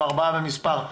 ארבעה במספר,